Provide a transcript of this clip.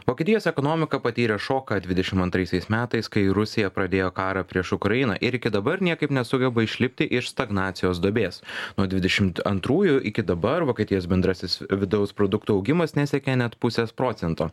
vokietijos ekonomika patyrė šoką dvidešimtantraisiais metais kai rusija pradėjo karą prieš ukrainą ir iki dabar niekaip nesugeba išlipti iš stagnacijos duobės nuo dvidešimtantrųjų iki dabar vokietijos bendrasis vidaus produkto augimas nesiekė net pusės procento